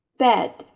bed